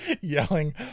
yelling